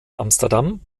amsterdam